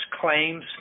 claims